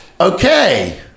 Okay